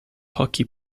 hockey